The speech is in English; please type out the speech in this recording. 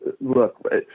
look